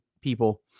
people